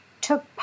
took